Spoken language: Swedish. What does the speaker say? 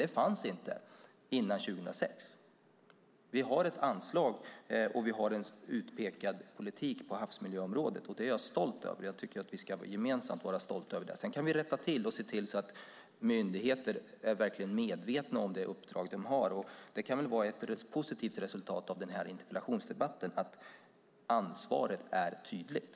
Det fanns inte före 2006. Vi har ett anslag, och vi har en utpekad politik på havsmiljöområdet. Det är jag stolt över, och jag tycker att vi gemensamt ska vara stolta över det. Sedan kan vi rätta till och se till att myndigheter verkligen är medvetna om det uppdrag de har. Det kan väl vara ett positivt resultat av den här interpellationsdebatten att ansvaret är tydligt.